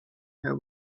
her